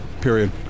period